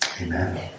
amen